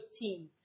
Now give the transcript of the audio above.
team